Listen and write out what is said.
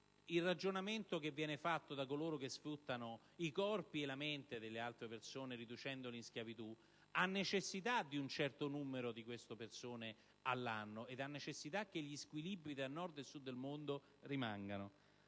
casualmente. In realtà, coloro che sfruttano i corpi e la mente delle altre persone riducendole in schiavitù hanno necessità di un certo numero di queste persone all'anno e hanno necessità che gli squilibri tra Nord e Sud del mondo rimangano.